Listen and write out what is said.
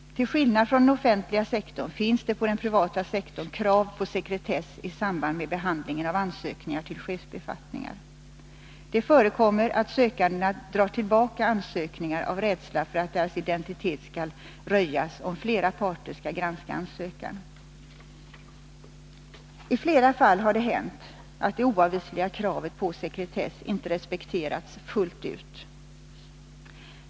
Till skillnad från den offentliga sektorn finns det på den privata sektorn krav på sekretess i samband med behandlingen av ansökningar till chefsbefattningar. Det förekommer att sökandena drar tillbaka sina ansökningar av rädsla för att deras identitet skulle kunna röjas, om flera parter skall granska ansökan. I flera fall har det också hänt att det oavvisliga kravet på sekretess inte har respekterats fullt ut.